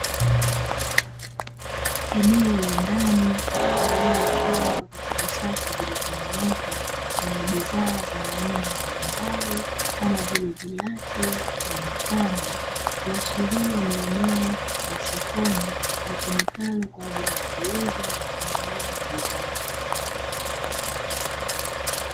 Eneo la ndani lililopangwa katika safu zilizonyooka zenye bidhaa za aina mbalimbali kama vile viatu na mikanda, kuashiria ni eneo la sokoni litumikalo kwa jaili ya kuuza na kununua bidhaa.